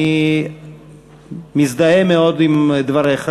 אני מזדהה מאוד עם דבריך.